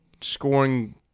scoring